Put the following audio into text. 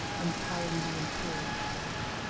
and carrying the imperial plate,